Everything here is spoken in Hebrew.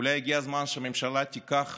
אולי הגיע הזמן שהממשלה תיקח